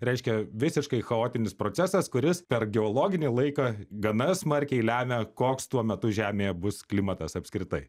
reiškia visiškai chaotinis procesas kuris per geologinį laiką gana smarkiai lemia koks tuo metu žemėje bus klimatas apskritai